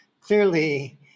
clearly